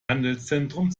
handelszentrum